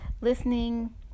listening